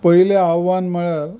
पयलें आव्हान म्हणल्यार